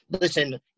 listen